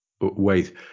wait